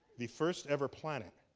the first-ever planet